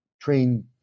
train